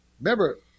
Remember